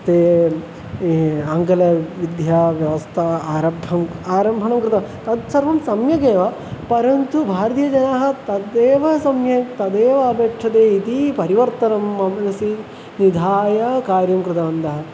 ते आङ्गलविद्याव्यवस्था आरब्धा आरम्भं कृता तत्सर्वं सम्यगेव परन्तु भारतीयजनाः तदेव सम्यक् तदेव अपेक्ष्यते इति परिवर्तनं मा मनसि निधाय कार्यं कृतवन्तः